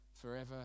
forever